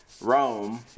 Rome